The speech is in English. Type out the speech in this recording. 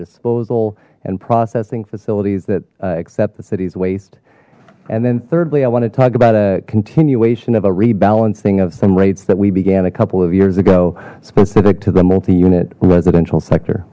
disposal and processing facilities that accept the city's waste and then thirdly i want to talk about a continuation of a rebalancing of some rates that we began a couple of years ago specific to the multi unit residential sector